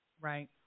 Right